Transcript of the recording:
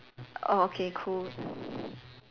orh okay cool